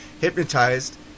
hypnotized